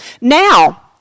now